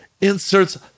inserts